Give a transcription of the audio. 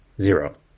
zero